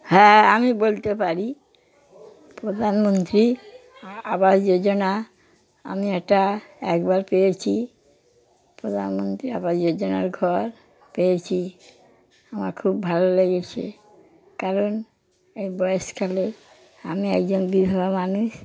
হ্যাঁ আমি বলতে পারি প্রধানমন্ত্রী আবাস যোজনা আমি একটা একবার পেয়েছি প্রধানমন্ত্রী আবাস যোজনার ঘর পেয়েছি আমার খুব ভালো লেগেছে কারণ এই বয়স কালে আমি একজন বিধবা মানুষ